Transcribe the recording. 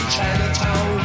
Chinatown